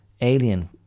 alien